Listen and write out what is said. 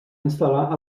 instal·lar